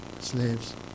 slaves